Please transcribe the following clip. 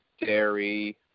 dairy